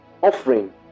Offering